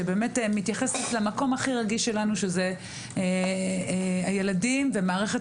שמתייחסת למקום הכי רגיש שלנו שזה הילדים ומערכת